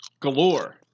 Galore